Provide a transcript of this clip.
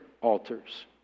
altars